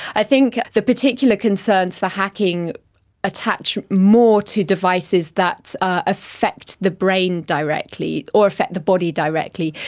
i think the particular concerns for hacking attach more to devices that affect the brain directly or affect the body directly.